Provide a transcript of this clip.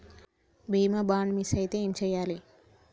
బీమా bond miss అయితే ఏం చేయాలి?